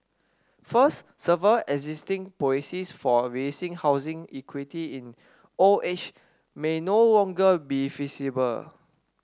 first several existing policies for releasing housing equity in old age may no longer be feasible